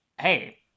hey